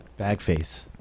Bagface